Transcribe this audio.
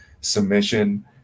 submission